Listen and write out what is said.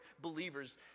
believers